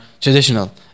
traditional